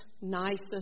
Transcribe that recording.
nicest